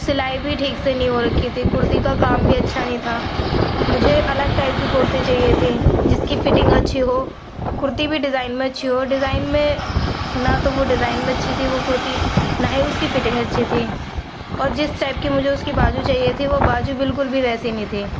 سِلائی بھی ٹھیک سے نہیں ہو ركھی تھی كُرتی كا كام بھی اچھا نہیں تھا مجھے الگ ٹائپ كی كُرتی چاہیے تھی جس كی فٹنگ اچھی ہو كُرتی بھی ڈیزائن میں اچھی ہو ڈیزائن میں نہ تو وہ ڈیزائن میں اچھی تھی وہ كُرتی نہ ہی اُس كی فٹینگ اچھی تھی اور جس ٹائپ كی مجھے اُس كی بازو چاہیے تھی وہ بازو بالکل بھی ویسی نہیں تھی